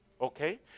Okay